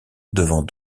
devant